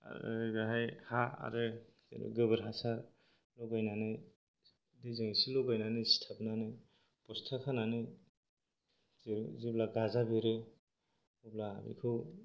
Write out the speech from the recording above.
बेहाय हा आरो गोबोर हासार लगायनानै दैजों एसे लगायनानै सिथाबनानै बस्था खानानै जेरै जेब्ला गाजा बेरो अब्ला बेखौ